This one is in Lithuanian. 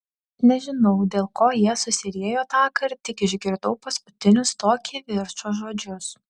nežinau dėl ko jie susiriejo tąkart tik išgirdau paskutinius to kivirčo žodžius